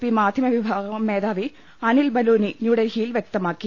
P മാധ്യമ വിഭാഗം മേധാവി അനിൽ ബലൂനി ന്യൂഡൽഹി യിൽ വ്യക്തമാക്കി